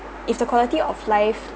if the quality of life